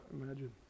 imagine